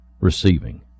receiving